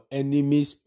enemies